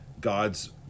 god's